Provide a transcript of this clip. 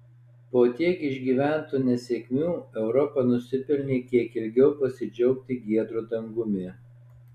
po tiek išgyventų nesėkmių europa nusipelnė kiek ilgiau pasidžiaugti giedru dangumi